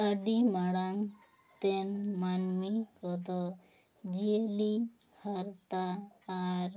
ᱟᱹᱰᱤ ᱢᱟᱨᱟᱝ ᱛᱮᱱ ᱢᱟᱹᱱᱢᱤ ᱠᱚᱫᱚ ᱡᱤᱭᱟᱹᱞᱤ ᱦᱟᱨᱛᱟ ᱟᱨ